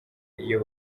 iyo